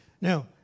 Now